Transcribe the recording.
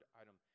item